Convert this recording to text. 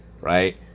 Right